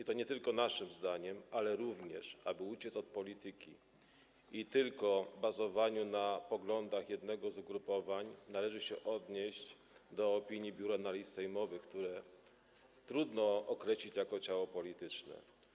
I nie tylko naszym zdaniem, ale również, aby uciec od polityki i bazowania na poglądach tylko jednego z ugrupowań, należy się odnieść do opinii Biura Analiz Sejmowych, które trudno określić jako ciało polityczne.